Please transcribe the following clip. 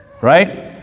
right